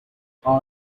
all